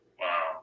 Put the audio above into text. Wow